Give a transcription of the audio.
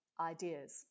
ideas